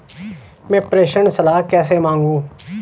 मैं प्रेषण सलाह कैसे मांगूं?